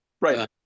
Right